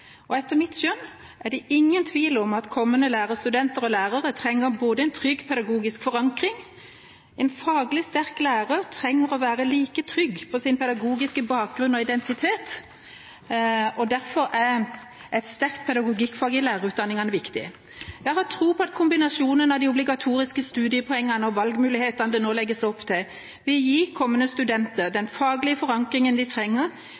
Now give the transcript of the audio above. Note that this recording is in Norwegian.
og etter mitt skjønn er det ingen tvil om at kommende lærerstudenter og lærere trenger en trygg pedagogisk forankring. En faglig sterk lærer trenger å være like trygg på sin pedagogiske bakgrunn og identitet, og derfor er et sterkt pedagogikkfag i lærerutdanningene viktig. Jeg har tro på at kombinasjonen av de obligatoriske studiepoengene og valgmulighetene det nå legges opp til, vil gi kommende studenter den faglige forankringen de trenger